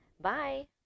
Bye